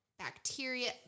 bacteria